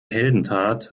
heldentat